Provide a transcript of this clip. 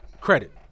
credit